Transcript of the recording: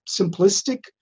simplistic